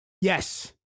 Yes